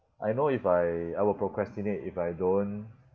I know if I I will procrastinate if I don't